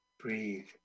Breathe